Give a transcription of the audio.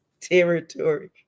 territory